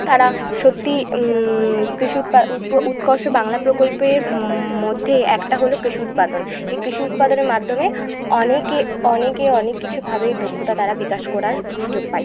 তারা সত্যিই কৃষি উৎকর্ষ বাংলা প্রকল্পে মধ্যে একটা হল কৃষি উৎপাদন এই কৃষি উৎপাদনের মাধ্যমে অনেকে অনেক কিছুভাবে দক্ষতা তারা বিকাশ করার সুযোগ পায়